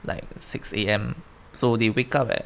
like six A_M so they wake up at